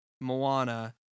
Moana